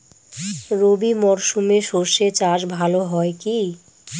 রবি মরশুমে সর্ষে চাস ভালো হয় কি?